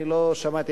אני לא שמעתי,